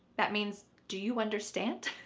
that means, do you understand?